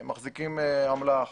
הם מחזיקים אמל"ח,